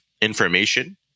information